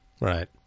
Right